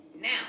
Now